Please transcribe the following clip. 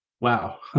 wow